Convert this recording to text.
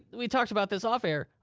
we talked about this off air.